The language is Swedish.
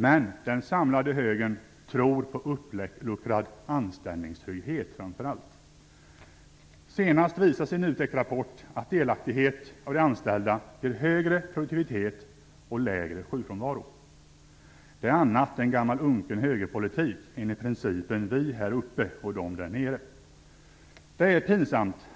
Men den samlade högern tror framför allt på uppluckrad anställningstrygghet. Senast visas i en NUTEK-rapport att delaktighet för de anställda ger högre produktivitet och lägre sjukfrånvaro. Det är annat än gammal unken högerpolitik enligt principen vi här uppe och de där nere. Herr talman! Det är pinsamt